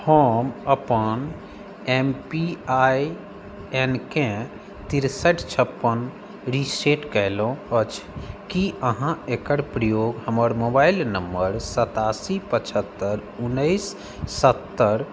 हम अपन M P I एनकेँ तिरसठ छप्पन रिसेट कयलहुँ अछि की अहाँ एकर प्रयोग हमर मोबाइल नंबर सतासी पचहत्तर उन्नैस सत्तर